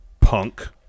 Punk